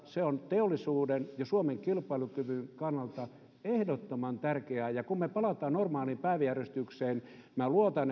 se on teollisuuden ja suomen kilpailukyvyn kannalta ehdottoman tärkeää ja kun me palaamme normaaliin päiväjärjestykseen minä luotan